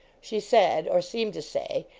she said, or seemed to say,